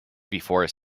before